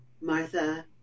martha